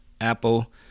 Apple